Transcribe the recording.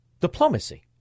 Diplomacy